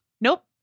Nope